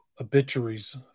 obituaries